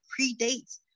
predates